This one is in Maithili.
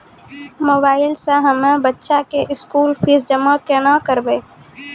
मोबाइल से हम्मय बच्चा के स्कूल फीस जमा केना करबै?